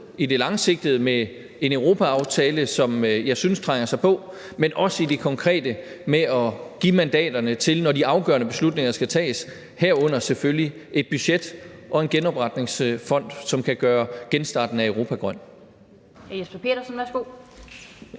i det langsigtede med en europaaftale, som jeg synes trænger sig på, men også i det konkrete med at give mandaterne til det, når de afgørende beslutninger skal tages, herunder selvfølgelig et budget og en genopretningsfond, som kan gøre genstarten af Europa grøn.